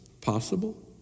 possible